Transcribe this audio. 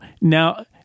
now